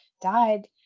died